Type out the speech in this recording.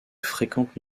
fréquentes